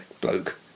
bloke